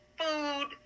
food